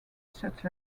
such